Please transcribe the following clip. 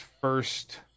first